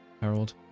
Harold